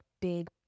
big